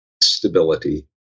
stability